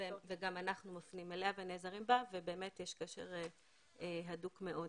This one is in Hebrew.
גם אנחנו מפנים אליה ונעזרים בה ובאמת יש קשר הדוק מאוד.